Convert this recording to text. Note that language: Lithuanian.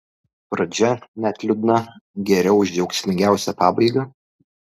pradžia net liūdna geriau už džiaugsmingiausią pabaigą